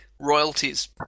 royalties